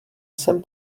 jsem